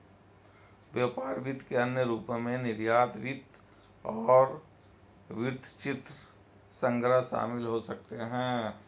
व्यापार वित्त के अन्य रूपों में निर्यात वित्त और वृत्तचित्र संग्रह शामिल हो सकते हैं